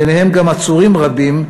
ביניהם גם עצורים רבים,